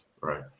right